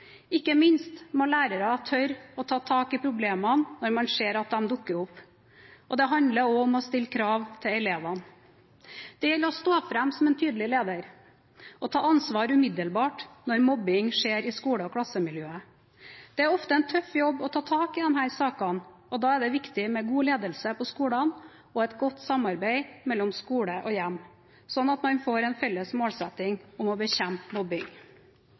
Ikke minst må lærere tørre å ta tak i problemene når man ser at de dukker opp. Det handler også om å stille krav til elevene. Det gjelder å stå fram som en tydelig leder og ta ansvar umiddelbart når mobbing skjer i skole- og klassemiljøet. Det er ofte en tøff jobb å ta tak i disse sakene, og da er det viktig med god ledelse på skolene og et godt samarbeid mellom skole og hjem, slik at man får en felles målsetting om å bekjempe